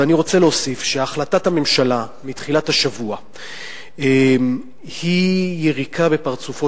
ואני רוצה להוסיף שהחלטת הממשלה מתחילת השבוע היא יריקה בפרצופו